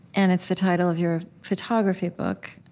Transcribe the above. and it's the title of your photography book